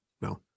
no